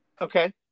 okay